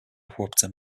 chłopcem